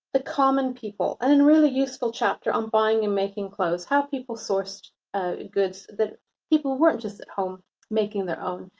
the common people and a and really useful chapter on buying and making clothes, how people sourced goods. that people weren't just at home making their own,